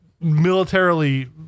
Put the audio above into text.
militarily